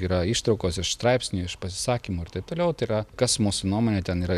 yra ištraukos iš straipsnių iš pasisakymų ir taip toliau tai yra kas mūsų nuomone ten yra